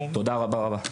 תודה רבה רבה.